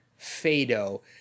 Fado